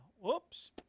Whoops